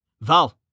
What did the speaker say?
Val